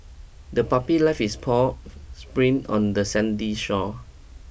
the puppy left its paw spring on the sandy shore